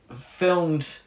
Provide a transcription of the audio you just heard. filmed